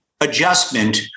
adjustment